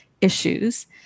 issues